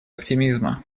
оптимизма